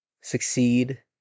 succeed